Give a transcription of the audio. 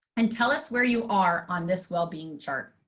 and tell us where you are on this wellbeing chart.